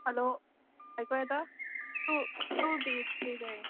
hello आयको येता two two B H K जायें